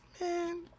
Man